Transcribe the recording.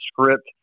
script